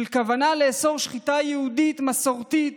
של כוונה לאסור שחיטה יהודית מסורתית